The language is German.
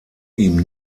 ihm